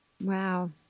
wow